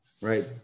right